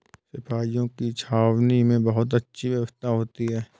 सिपाहियों की छावनी में बहुत अच्छी व्यवस्था होती है